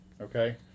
Okay